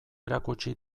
erakutsi